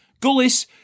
Gullis